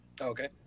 Okay